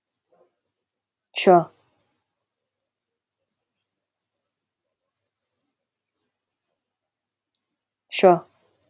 sure sure